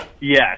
Yes